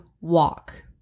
walk